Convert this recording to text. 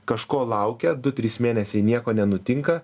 kažko laukia du trys mėnesiai nieko nenutinka